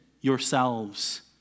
yourselves